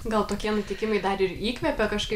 gal tokie nutikimai dar ir įkvepia kažkaip